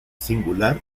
singular